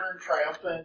triumphant